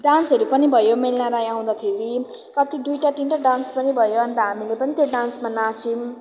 डान्सहरू पनि भयो मेलिना राई आउँदाखेरि कति दुईवटा तिनवटा डान्स पनि भयो अन्त हामीले पनि त्यो डान्समा नाचौँ